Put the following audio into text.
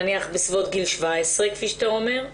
נניח בסביבות גיל 17, כמו שאתה אומר.